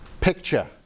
picture